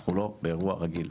אנחנו לא באירוע רגיל,